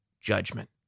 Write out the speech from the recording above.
judgment